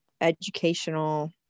educational